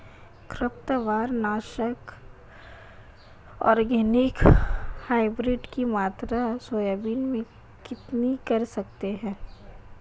खरपतवार नाशक organic hybrid की मात्रा सोयाबीन में कितनी कर सकते हैं?